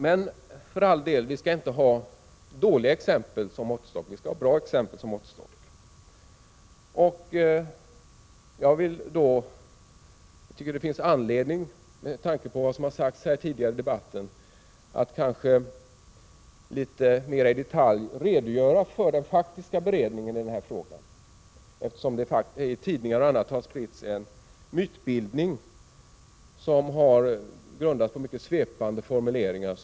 Men, för all del, vi skall inte ha dåliga exempel som måttstock utan bra exempel. Med tanke på vad som har sagts tidigare i debatten finns det anledning att litet mer i detalj redogöra för den faktiska beredningen av den här frågan, eftersom det i tidningar och andra medier har spritts en mytbildning grundad på mycket svepande formuleringar.